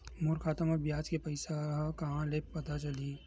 मोर खाता म ब्याज के पईसा ह कहां ले पता चलही?